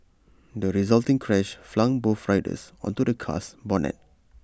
the resulting crash flung both riders onto the car's bonnet